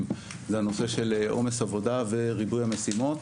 זה הנושא של עומס עבודה וריבוי המשימות.